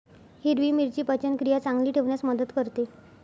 हिरवी मिरची पचनक्रिया चांगली ठेवण्यास मदत करते